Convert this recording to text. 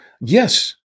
Yes